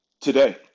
today